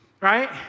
right